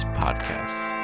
podcasts